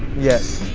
yes.